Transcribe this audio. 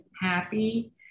happy